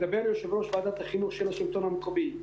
מדבר יושב-ראש ועדת החינוך של השלטון המקומי,